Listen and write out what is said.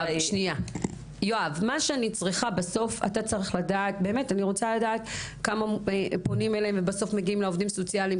בסוף אתה צריך לדעת כמה פונים אליהם ובסוף מגיעים לעובדים הסוציאליים,